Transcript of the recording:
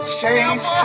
change